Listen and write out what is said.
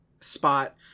spot